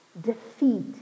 defeat